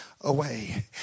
away